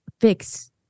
fix